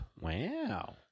Wow